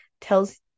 tells